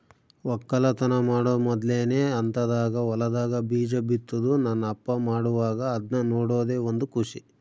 ವಕ್ಕಲತನ ಮಾಡೊ ಮೊದ್ಲನೇ ಹಂತದಾಗ ಹೊಲದಾಗ ಬೀಜ ಬಿತ್ತುದು ನನ್ನ ಅಪ್ಪ ಮಾಡುವಾಗ ಅದ್ನ ನೋಡದೇ ಒಂದು ಖುಷಿ